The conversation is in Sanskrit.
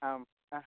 आं हा